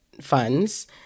funds